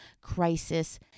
crisis